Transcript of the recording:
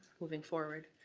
moving forward.